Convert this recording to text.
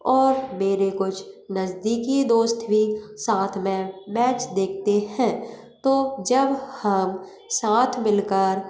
और मेरे कुछ नजदीकी दोस्त भी साथ में मैच देखते हैं तो जब हम साथ मिल कर